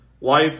life